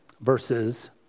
Verses